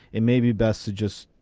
it may be best to just.